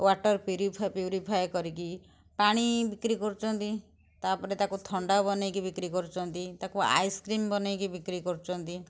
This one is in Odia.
ୱାଟର୍ ପିୟୁରୀଫା ପିୟୁରୀଫାଏ କରିକି ପାଣି ବିକ୍ରି କରୁଛନ୍ତି ତାପରେ ତାକୁ ଥଣ୍ଡା ବନେଇକି ବିକ୍ରି କରୁଛନ୍ତି ତାକୁ ଆଇସକ୍ରିମ୍ ବନେଇକି ବିକ୍ରି କରୁଛନ୍ତି